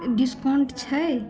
discount छै